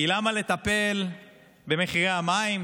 כי למה לטפל במחירי המים,